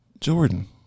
Jordan